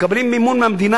מקבלים מימון מהמדינה,